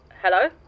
Hello